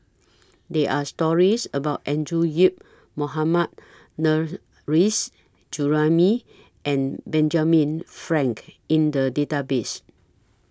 There Are stories about Andrew Yip Mohammad Nurrasyid Juraimi and Benjamin Frank in The Database